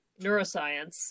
neuroscience